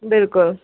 بلکُل